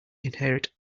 inherit